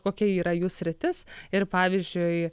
kokia yra jų sritis ir pavyzdžiui